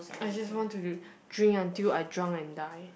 I just want to dr~ drink until I drunk and die